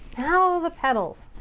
now the petals.